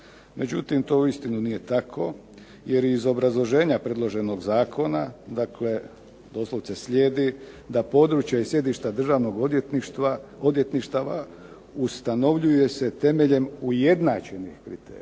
Međutim to uistinu nije tako, jer je iz obrazloženja predloženog zakona doslovce slijedi da područje i sjedišta Državnih odvjetništava ustanovljuje se temeljem ujednačenih kriterija.